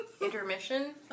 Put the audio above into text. intermission